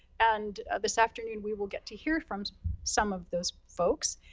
and this afternoon, we will get to hear from some of those folks.